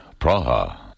Praha